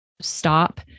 stop